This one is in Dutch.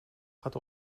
gaat